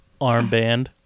armband